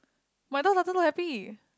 my dog doesn't look happy